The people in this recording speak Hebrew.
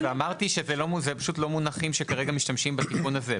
ואני אמרתי שפשוט אלה לא מונחים שכרגע משתמשים בהם בתיקון הזה.